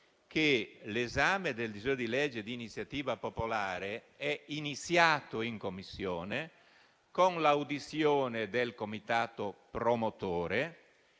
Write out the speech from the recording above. che l'esame del disegno di legge di iniziativa popolare è iniziato in Commissione con l'audizione del comitato promotore.